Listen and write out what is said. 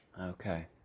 Okay